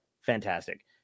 Fantastic